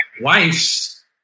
wife's